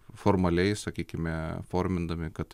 formaliai sakykime formindami kad